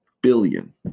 billion